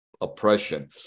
oppression